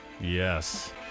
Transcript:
Yes